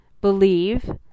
believe